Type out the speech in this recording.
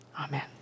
Amen